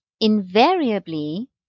invariably